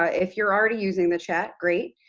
ah if you're already using the chat, great.